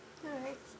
alright